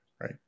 right